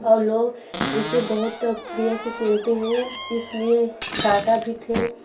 और लोग इसे बहुत प्रिय से सुनते हैं इसलिए दादा भी थे